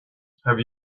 have